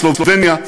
סלובניה,